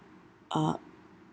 uh